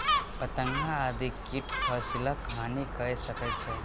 पतंगा आदि कीट फसिलक हानि कय सकै छै